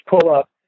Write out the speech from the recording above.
pull-up